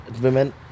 Women